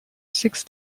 six